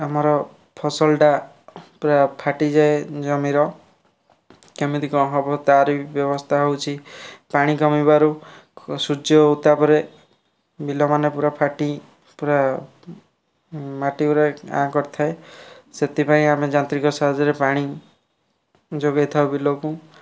ଆମର ଫସଲଟା ପ୍ରାୟ ଫାଟିଯାଏ ଜମିର କେମିତି କ'ଣ ହେବ ତାରି ବ୍ୟବସ୍ଥା ହଉଛି ପାଣି କମିବାରୁ ସୂର୍ଯ୍ୟ ଉତ୍ତାପରେ ବିଲ ମାନେ ପୂରା ଫାଟି ପୂରା ମାଟି ଗୁଡ଼ା ଆଁ କରିଥାଏ ସେଥିପାଇଁ ଆମେ ଯାନ୍ତ୍ରିକ ସାହାଯ୍ୟରେ ପାଣି ଯୋଗାଇଥାଉ ବିଲକୁ